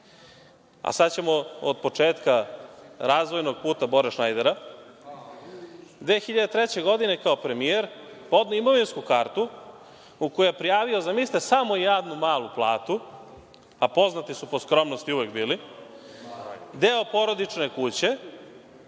a sad ćemo od početka razvojnog puta Bore šnajdera, 2003. godine kao premijer podneo imovinsku kartu u kojoj je prijavio samo javnu malu platu, a poznati su po skromnosti uvek bili, deo porodične kuće